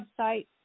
website